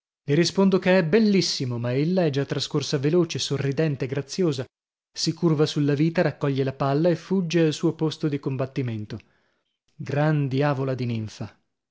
le rispondo che è bellissimo ma ella è già trascorsa veloce sorridente graziosa si curva sulla vita raccoglie la palla e fugge al suo posto di combattimento gran diavola di ninfa